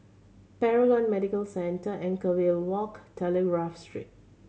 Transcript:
Paragon Medical Centre Anchorvale Walk Telegraph Street